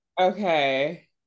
Okay